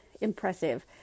impressive